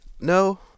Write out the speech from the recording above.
No